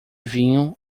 vinho